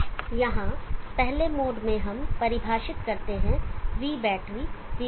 तो यहाँ पहले मोड में हम परिभाषित करते हैं V बैटरी Vmax से अधिक है